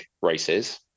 races